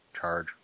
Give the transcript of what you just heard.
Charge